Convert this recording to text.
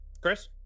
Chris